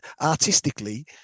artistically